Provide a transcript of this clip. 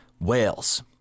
whales